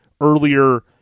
earlier